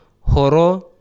Horo